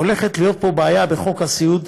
הולכת להיות פה בעיה בחוק הסיעוד,